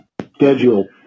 schedule